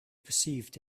perceived